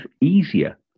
easier